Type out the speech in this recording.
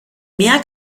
mehr